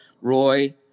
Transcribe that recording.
Roy